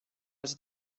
els